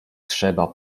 trzeba